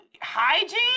hygiene